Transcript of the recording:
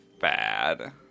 bad